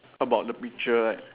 about the picture right